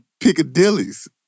Piccadillys